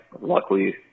Luckily